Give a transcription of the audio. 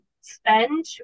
spend